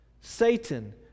Satan